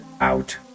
out